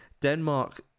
Denmark